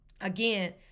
again